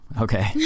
okay